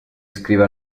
iscrive